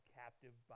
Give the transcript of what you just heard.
captive